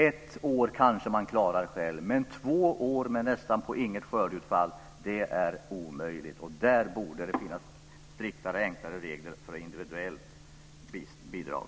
Ett år klarar man kanske själv, men två år med nästan inget skördeutfall är omöjligt. Där borde det finns striktare och enklare regler för ett individuellt bidrag.